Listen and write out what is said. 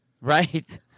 Right